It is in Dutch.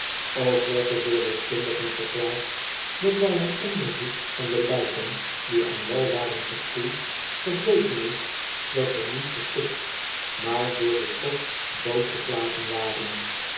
ook werd er door deskundigen verklaard dat bij een onderzoek van de lijken die aan wal waren gespoeld gebleken is dat zij niet gestikt maar door den schok doodgeslagen waren